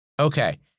Okay